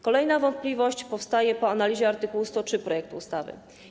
Kolejna wątpliwość powstaje po analizie art. 103 projektu ustawy.